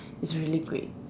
it's really great